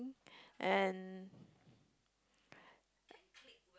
and